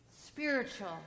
spiritual